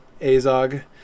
Azog